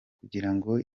kugirango